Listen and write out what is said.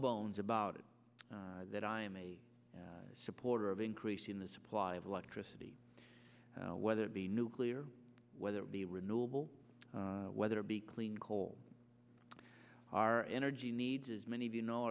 bones about it that i am a supporter of increasing the supply of electricity whether it be nuclear whether it be renewable whether it be clean coal our energy needs as many of you know